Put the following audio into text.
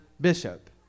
bishop